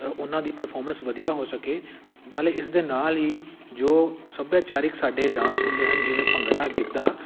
ਉਹਨਾਂ ਦੀ ਪਰਫੋਰਮੈਂਸ ਵਧੀਆ ਹੋ ਸਕੇ ਨਾਲ਼ੇ ਇਸ ਦੇ ਨਾਲ਼ ਹੀ ਜੋ ਸੱਭਿਆਚਾਰਿਕ ਸਾਡੇ ਡਾਂਸ ਹੁੰਦੇ ਹਨ ਜਿਵੇਂ ਭੰਗੜਾ ਗਿੱਧਾ